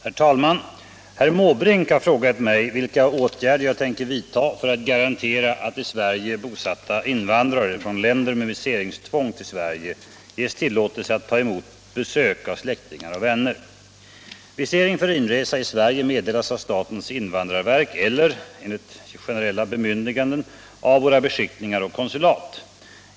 Herr talman! Herr Måbrink har frågat mig vilka åtgärder jag tänker vidta för att garantera att i Sverige bosatta invandrare från länder med viseringstvång till Sverige ges tillåtelse att ta emot besök av släktingar och vänner. Visering för inresa i Sverige meddelas av statens invandrarverk eller — enligt generella bemyndiganden — av våra beskickningar och konsulat.